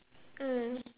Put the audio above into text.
mm